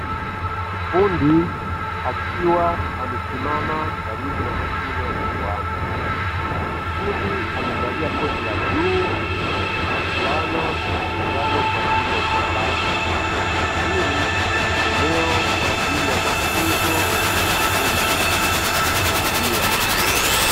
Fundi akiwa amesimama karibu na mashine ya kiwanda. Fundi amevalia koti la bluu na flana ya njano kwa ajili ya usalama. Hili ni eneo kwa ajili ya mafunzo ya ufundi na teknolojia.